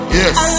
yes